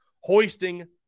hoisting